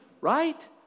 right